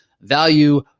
value